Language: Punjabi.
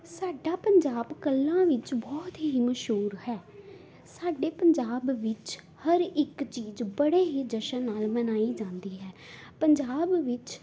ਸਾਡਾ ਪੰਜਾਬ ਗੱਲਾਂ ਵਿੱਚ ਬਹੁਤ ਹੀ ਮਸ਼ਹੂਰ ਹੈ ਸਾਡੇ ਪੰਜਾਬ ਵਿੱਚ ਹਰ ਇੱਕ ਚੀਜ਼ ਬੜੇ ਹੀ ਜਸ਼ਨ ਨਾਲ ਮਨਾਈ ਜਾਂਦੀ ਹੈ ਪੰਜਾਬ ਵਿੱਚ